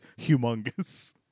humongous